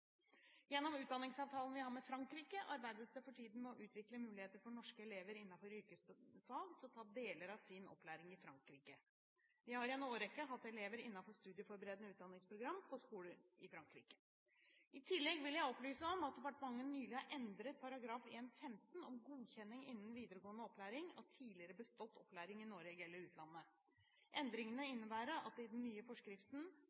utvikle muligheter for at norske elever innenfor yrkesfag kan ta deler av sin opplæring i Frankrike. Vi har i en årrekke hatt elever innenfor studieforberedende utdanningsprogram på skoler i Frankrike. I tillegg vil jeg opplyse om at departementet nylig har endret § 1-15, «Godkjenning innan vidaregåande av tidlegare bestått opplæring i Noreg eller i utlandet». Endringene innebærer at det i den nye forskriften